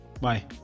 bye